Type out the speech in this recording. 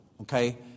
okay